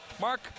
Mark